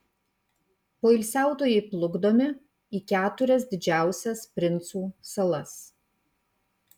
poilsiautojai plukdomi į keturias didžiausias princų salas